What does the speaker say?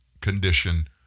condition